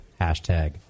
hashtag